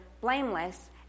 blameless